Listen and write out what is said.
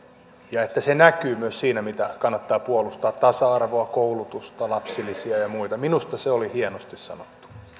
ja että se näkyy myös siinä mitä kannattaa puolustaa tasa arvoa koulutusta lapsilisiä ja muita minusta se oli hienosti sanottu